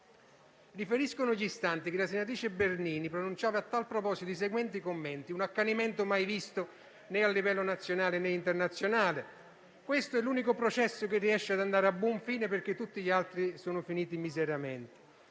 Riferiscono gli astanti che la senatrice Bernini pronunciava, a tal proposito, i seguenti commenti: «un accanimento mai visto a livello nazionale, né internazionale»; «questo è l'unico processo che riesce ad andare a buon fine perché tutti gli altri sono finiti miseramente».